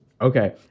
Okay